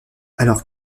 alors